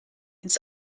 ins